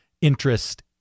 interest